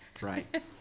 right